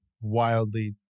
wildly